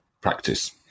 practice